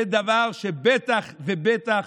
זה דבר שבטח ובטח